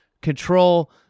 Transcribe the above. control